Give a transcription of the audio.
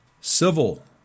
Civil